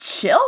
chill